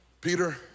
Peter